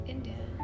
India